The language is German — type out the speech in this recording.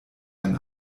ein